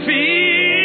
Feel